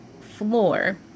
floor